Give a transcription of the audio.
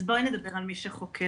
אז בואי נדבר על מי שחוקר.